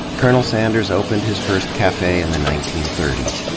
colonel sanders opened his first cafe in the nineteen thirty s.